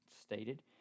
stated